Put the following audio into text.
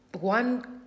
one